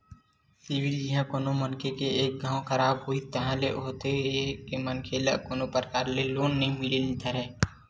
CIBIL जिहाँ कोनो मनखे के एक घांव खराब होइस ताहले होथे ये के मनखे ल कोनो परकार ले लोन नइ मिले बर धरय